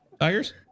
Tigers